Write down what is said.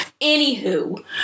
Anywho